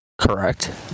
Correct